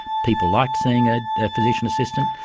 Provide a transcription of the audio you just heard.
people liked seeing a physician assistant,